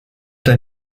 dein